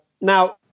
Now